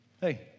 hey